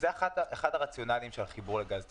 זה אחד הרציונלים של החיבור לגז טבעי.